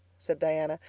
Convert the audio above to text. said diana,